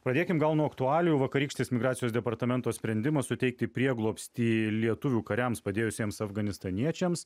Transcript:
pradėkim gal nuo aktualijų vakarykštis migracijos departamento sprendimas suteikti prieglobstį lietuvių kariams padėjusiems afganistaniečiams